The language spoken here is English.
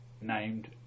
named